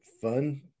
fun